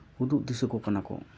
ᱩᱫᱩᱜ ᱫᱤᱥᱟᱹ ᱠᱚ ᱠᱟᱱᱟ ᱠᱚ